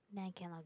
then I cannot keep